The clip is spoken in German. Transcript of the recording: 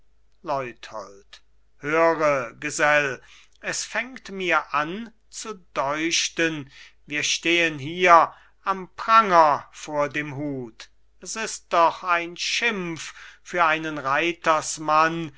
höre gesell es fängt mir an zu deuchten wir stehen hier am pranger vor dem hut s ist doch ein schimpf für einen reitersmann